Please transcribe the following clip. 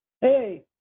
Hey